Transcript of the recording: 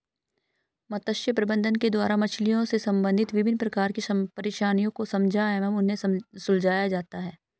मत्स्य प्रबंधन के द्वारा मछलियों से संबंधित विभिन्न प्रकार की परेशानियों को समझा एवं उन्हें सुलझाया जाता है